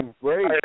great